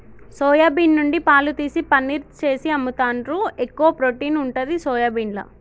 soya bean నుండి పాలు తీసి పనీర్ చేసి అమ్ముతాండ్రు, ఎక్కువ ప్రోటీన్ ఉంటది సోయాబీన్ల